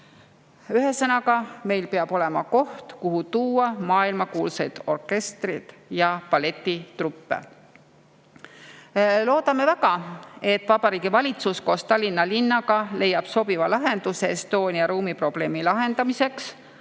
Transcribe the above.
Ühesõnaga, meil peab olema koht, kuhu tuua maailmakuulsaid orkestreid ja balletitruppe. Loodame väga, et Vabariigi Valitsus koos Tallinna linnaga leiab sobiva lahenduse Estonia ruumiprobleemi lahendamiseks,